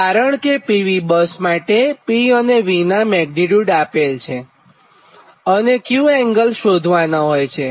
કારણ કે PV bus માટે P અને V નાં મેગ્નીટ્યુડ આપેલ હોય છેQ અને એંગલ શોધવાનાં હોય છે